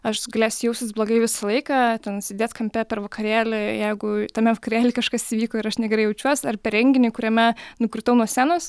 aš galėsiu jausis blogai visą laiką ten sėdėt kampe per vakarėlį jeigu tame vakarėly kažkas įvyko ir aš negerai jaučiuos ar per renginį kuriame nukritau nuo scenos